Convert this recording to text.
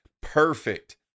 perfect